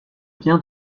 viens